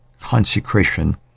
consecration